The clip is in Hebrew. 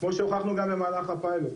כמו שהוכחנו גם במהלך הפיילוט.